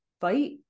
fight